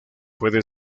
puede